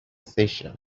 sessions